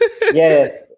yes